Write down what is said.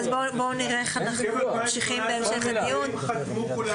ב-2018 החקלאים חתמו כולם,